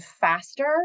faster